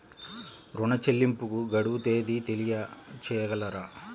ఋణ చెల్లింపుకు గడువు తేదీ తెలియచేయగలరా?